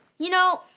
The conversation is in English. you know,